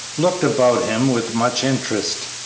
looked about him with much interest.